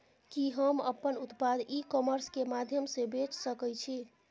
कि हम अपन उत्पाद ई कॉमर्स के माध्यम से बेच सकै छी?